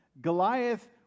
Goliath